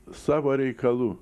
savo reikalų